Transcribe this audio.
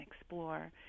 explore